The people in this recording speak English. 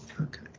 Okay